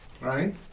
Right